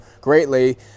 greatly